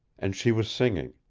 and she was singing,